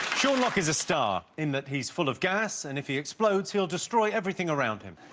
sean locke is a star in that he's full of gas and if he explodes he'll destroy everything around him